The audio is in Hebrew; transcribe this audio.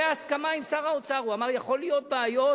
בהסכמה עם שר האוצר, הוא אמר: יכולות להיות בעיות